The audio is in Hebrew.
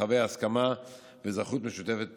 מרחבי הסכמה ואזרחות משותפת פעילה.